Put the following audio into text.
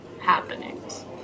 happenings